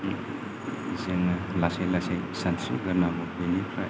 जोङो लासै लासै सानस्रिग्रोनांगौ बिनिफ्राय